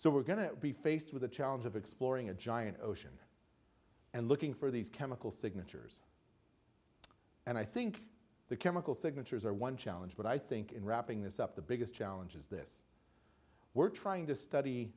so we're going to be faced with the challenge of exploring a giant ocean and looking for these chemical signatures and i think the chemical signatures are one challenge but i think in wrapping this up the biggest challenge is this we're trying to study